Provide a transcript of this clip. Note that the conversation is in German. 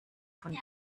von